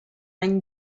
any